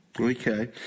Okay